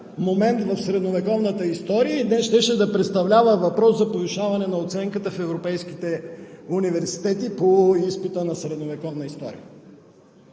момент в средновековната история и днес щеше да представлява въпрос за повишаване на оценката в европейските университети на изпита по средновековна история.